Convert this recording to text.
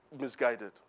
misguided